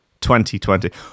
2020